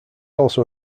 also